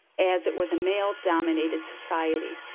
as it was a male-dominated society.